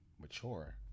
mature